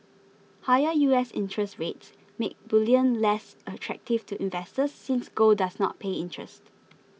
higher U S interest rates make bullion less attractive to investors since gold does not pay interest